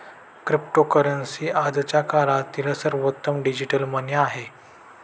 cryptocurrency आजच्या काळातील सर्वोत्तम डिजिटल मनी आहे